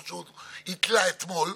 כמו פרויקט להב"ה.